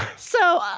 so,